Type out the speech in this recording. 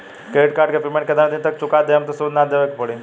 Credit card के payment केतना दिन तक चुका देहम त सूद ना देवे के पड़ी?